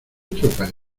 tropa